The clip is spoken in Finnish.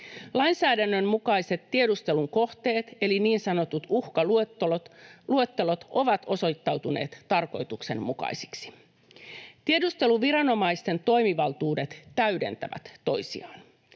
Lainsäädännön mukaiset tiedustelun kohteet, eli niin sanotut uhkaluettelot, ovat osoittautuneet tarkoituksenmukaisiksi. Tiedusteluviranomaisten toimivaltuudet täydentävät toisiaan.